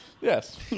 Yes